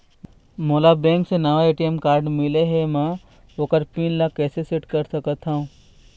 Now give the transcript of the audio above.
मोला बैंक से नावा ए.टी.एम कारड मिले हे, म ओकर पिन कैसे सेट कर सकत हव?